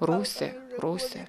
rusė rusė